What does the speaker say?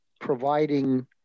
providing